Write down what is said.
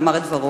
אמר את דברו.